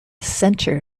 center